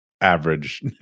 average